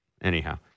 Anyhow